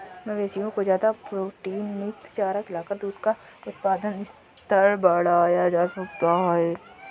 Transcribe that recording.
मवेशियों को ज्यादा प्रोटीनयुक्त चारा खिलाकर दूध का उत्पादन स्तर बढ़ाया जा सकता है